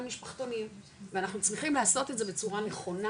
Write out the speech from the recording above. על משפחתונים ואנחנו צריכים לעשות את זה בצורה נכונה,